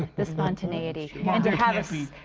the spontaneity. and how